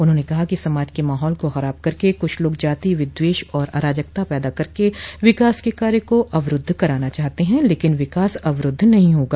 उन्होंने कहा कि समाज के माहौल को खराब करके कुछ लाग जातीय विद्वेष और अराजकता पैदा करके विकास के कार्य को अवरूद्ध करना चाहते हैं लेकिन विकास अवरूद्ध नहीं होगा